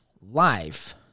life